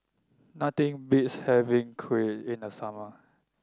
nothing beats having Kuih in the summer